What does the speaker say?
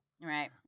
Right